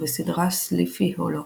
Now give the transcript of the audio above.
ובסדרה "סליפי הולו".